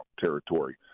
territory